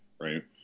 Right